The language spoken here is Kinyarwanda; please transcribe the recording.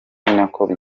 nako